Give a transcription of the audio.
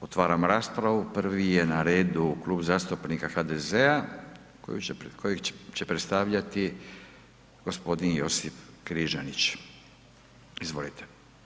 Otvaram raspravu, prvi je na redu Klub zastupnika HDZ-a kojeg će predstavljati g. Josip Križanić, izvolite.